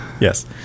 yes